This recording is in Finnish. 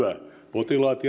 potilaat